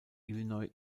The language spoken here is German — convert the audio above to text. illinois